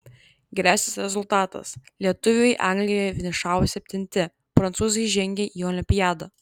geriausias rezultatas lietuviai anglijoje finišavo septinti prancūzai žengė į olimpiadą